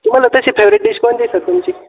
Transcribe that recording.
तुम्हाला तशी favourite dish कोणती आहे तुमची